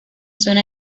zona